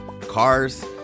cars